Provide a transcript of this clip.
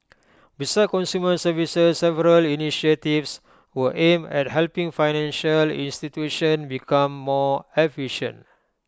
besides consumer services several initiatives were aimed at helping financial institutions become more efficient